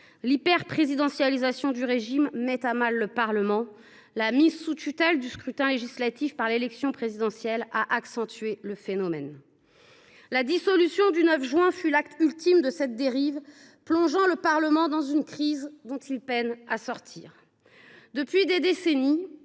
L’hyperprésidentialisation du régime met à mal le Parlement, la mise sous tutelle du scrutin législatif par l’élection présidentielle accentuant le phénomène. La dissolution du 9 juin 2024 fut l’acte ultime de cette dérive, plongeant le Parlement dans une crise dont il peine à sortir. Depuis des décennies,